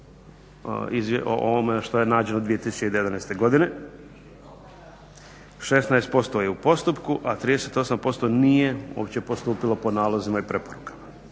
o ovome što je nađeno 2011. godine. 16% je u postupku, a 38% nije uopće postupilo po nalozima i preporukama.